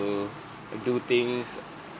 do things uh